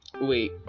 wait